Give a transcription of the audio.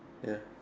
ya